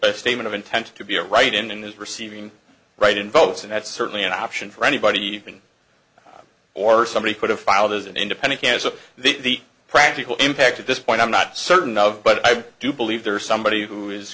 a statement of intent to be a write in and is receiving right involves and that's certainly an option for anybody even or somebody could have filed as an independent has of the practical impact at this point i'm not certain of but i do believe there is somebody who is